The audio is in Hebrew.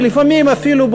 ולפעמים אפילו,